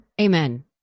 Amen